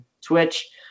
Twitch